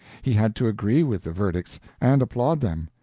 he had to agree with the verdicts and applaud them.